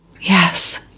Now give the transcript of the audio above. yes